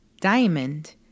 diamond